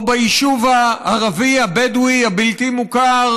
או ביישוב הערבי הבדואי הבלתי-מוכר